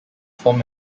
form